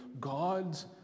God's